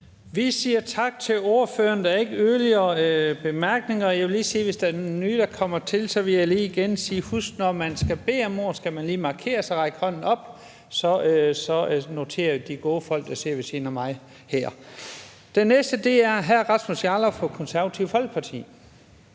Vi siger tak til ordføreren. Der er ikke yderligere korte bemærkninger. Jeg vil lige sige igen, hvis der er nye, der kommer til: Husk, at når man skal bede om ordet, skal man lige markere ved at række hånden op. Så bliver det noteret af de gode folk, der sidder ved siden af mig her. Den næste er hr. Rasmus Jarlov fra Det Konservative Folkeparti.